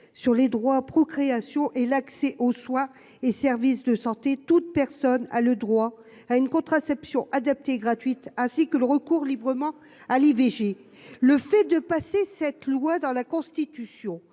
sur les droits procréation et l'accès aux soins et services de santé toute personne a le droit à une contraception adaptée gratuite ainsi que le recours librement à l'IVG, le fait de passer cette loi dans la Constitution